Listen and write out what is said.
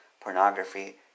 pornography